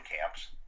camps